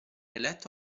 eletto